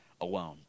alone